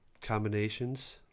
combinations